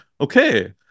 okay